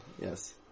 Yes